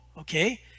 okay